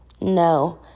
No